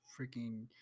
freaking